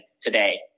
today